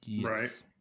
Right